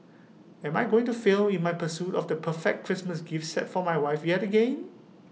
am I going to fail in my pursuit of the perfect Christmas gift set for my wife yet again